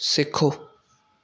सिखो